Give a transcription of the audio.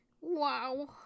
wow